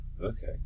Okay